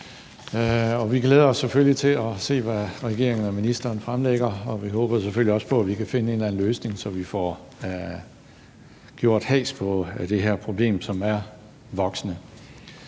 Vi glæder os selvfølgelig til at se, hvad regeringen og ministeren fremlægger, og vi håber selvfølgelig også på, at vi kan finde en eller anden løsning, så vi får has på det her problem, som er voksende.